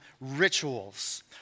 rituals